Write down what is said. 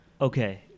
okay